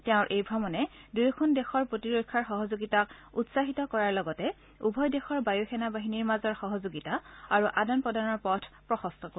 তেওঁৰ এই ভ্ৰমণে দুয়োখন দেশৰ প্ৰতিৰক্ষাৰ সহযোগিতাক উৎসাহিত কৰাৰ লগতে উভয় দেশৰ বায়ু সেনা বাহিনীৰ মাজৰ সহযোগিতা আৰু আদান প্ৰদানৰ পথ প্ৰশস্ত কৰিব